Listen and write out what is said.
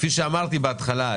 כפי שאמרתי בהתחלה,